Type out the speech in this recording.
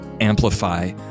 amplify